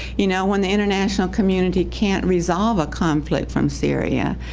you know, when the international community can't resolve a conflict from syria,